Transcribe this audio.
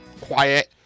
quiet